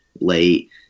late